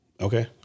Okay